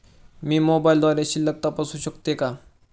मी मोबाइलद्वारे शिल्लक तपासू शकते का?